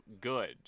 good